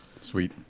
Sweet